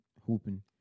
hooping